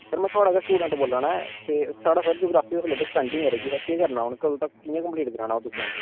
sir में थुआढ़ा गै स्टूडेंट बोला ना ऐ ते साढ़ा सर जियोग्रॉफी दा सलेब्स पैंडिंग ऐ रेही गेदा ते केह् करना ते एह् कदूं धोड़ी कम्पलीट कराना तुसें